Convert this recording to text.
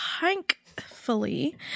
thankfully